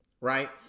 Right